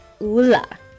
Ula